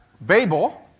Babel